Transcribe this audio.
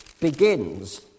begins